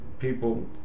people